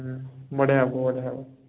ହୁଁ ବଢ଼ିଆ ହେବ ବଢ଼ିଆ ହେବ